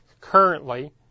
currently